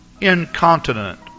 incontinent